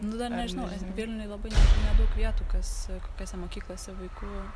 nu dar nežinau vilniuj labai ne ne nedaug vietų kas kokiose mokyklose vaikų